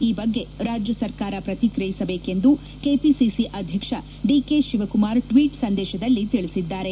ಈ ಬಗ್ಗೆ ರಾಜ್ಯ ಸರ್ಕಾರ ಪ್ರತಿಕ್ರಿಯಿಸಬೇಕೆಂದು ಕೆಪಿಸಿಸಿ ಅಧ್ಯಕ್ಷ ಡಿಕೆ ಶಿವಕುಮಾರ್ ಟ್ವೀಟ್ ಸಂದೇಶದಲ್ಲಿ ತಿಳಿಸಿದ್ದಾರೆ